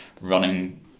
running